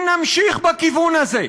אם נמשיך בכיוון הזה,